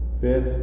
Fifth